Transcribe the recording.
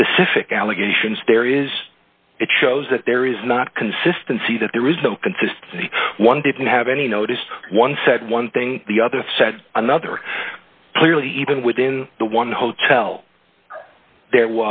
specific allegations there is it shows that there is not consistency that there is no consistency one didn't have any noticed one said one thing the other said another clearly even within the one hotel there